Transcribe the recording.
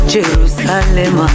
Jerusalem